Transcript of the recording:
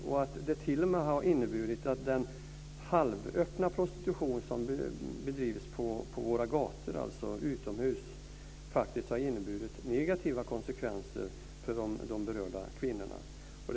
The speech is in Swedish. Den har t.o.m. inneburit negativa konsekvenser för de berörda kvinnorna i fråga om den halvöppna prostitution som bedrivs på gatorna, alltså utomhus.